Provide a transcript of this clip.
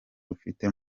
rufite